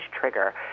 trigger